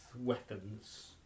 weapons